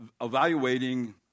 evaluating